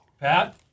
Pat